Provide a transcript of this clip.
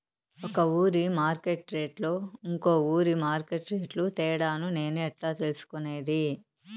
ఒక ఊరి మార్కెట్ రేట్లు ఇంకో ఊరి మార్కెట్ రేట్లు తేడాను నేను ఎట్లా తెలుసుకునేది?